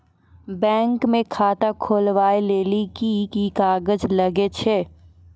Bank म खाता खोलवाय लेली की की कागज लागै छै?